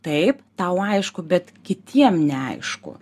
taip tau aišku bet kitiem neaišku